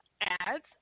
ads